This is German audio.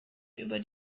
über